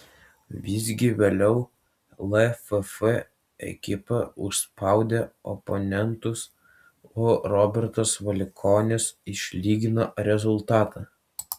visgi vėliau lff ekipa užspaudė oponentus o robertas valikonis išlygino rezultatą